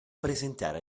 presentare